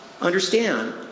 understand